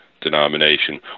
denomination